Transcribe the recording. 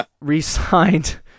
re-signed